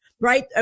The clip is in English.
right